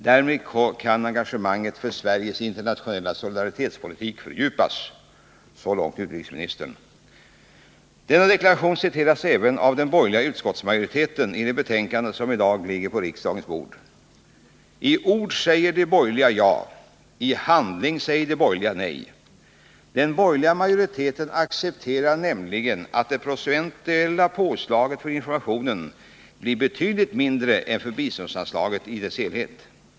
Därmed kan engagemanget för Sveriges internationella solidaritetspolitik fördjupas.” 7 Denna deklaration citeras även av den borgerliga utskottsmajoriteten i det betänkande som i dag ligger på riksdagens bord. I ord säger de borgerliga ja — i handling säger de borgerliga nej. Den borgerliga majoriteten accepterar nämligen att det procentuella påslaget för informationen blir betydligt mindre än för biståndsanslaget i dess helhet.